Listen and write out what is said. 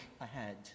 ahead